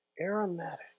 Aromatic